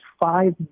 five